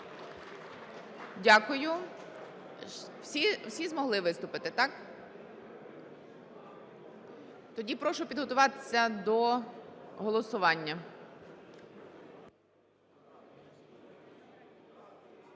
Дякую. Всі змогли виступити, так? Тоді прошу підготуватися до голосування.